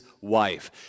wife